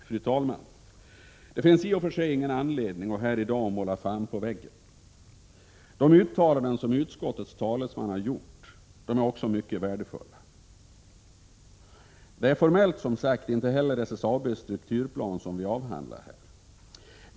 Fru talman! Det finns ingen anledning att måla fan på väggen. De uttalanden som utskottets talesman här gjort i dag är också mycket värdefulla. Formellt är det som sagt inte heller SSAB:s strukturplan som vi avhandlar.